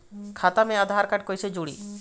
खाता मे आधार कार्ड कईसे जुड़ि?